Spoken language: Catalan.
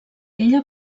ella